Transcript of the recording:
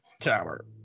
Tower